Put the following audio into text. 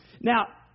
Now